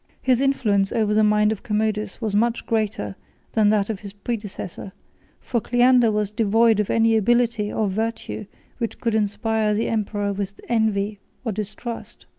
his influence over the mind of commodus was much greater than that of his predecessor for cleander was devoid of any ability or virtue which could inspire the emperor with envy or distrust.